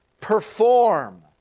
perform